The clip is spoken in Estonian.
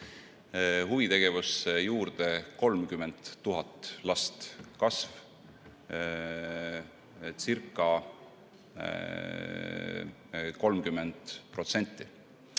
huvitegevusse juurde 30 000 last. Kasvcirca30%.